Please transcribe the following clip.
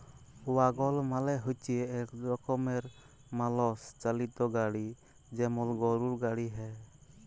ওয়াগল মালে হচ্যে এক রকমের মালষ চালিত গাড়ি যেমল গরুর গাড়ি হ্যয়